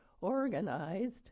organized